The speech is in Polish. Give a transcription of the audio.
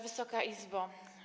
Wysoka Izbo!